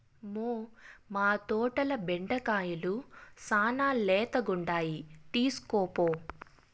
మ్మౌ, మా తోటల బెండకాయలు శానా లేతగుండాయి తీస్కోపో